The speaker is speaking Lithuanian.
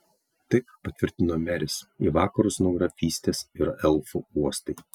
taip patvirtino meris į vakarus nuo grafystės yra elfų uostai